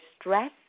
stress